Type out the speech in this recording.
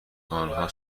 آنها